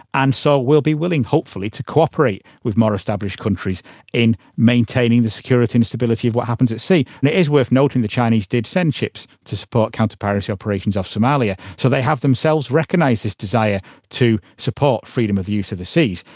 and so will be willing hopefully to cooperate with more established countries in maintaining maintaining the security and the stability of what happens at sea. it is worth noting the chinese did send ships to support counter-piracy operations off somalia, so they have themselves recognised this desire to support freedom of use of the seas.